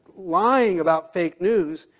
lying about fake news,